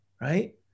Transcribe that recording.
Right